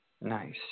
Nice